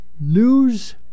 News